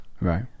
Right